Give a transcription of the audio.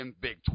big